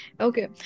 Okay